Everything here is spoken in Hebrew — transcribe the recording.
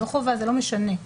ולא לחייב אותו למסור.